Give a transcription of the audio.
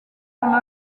dans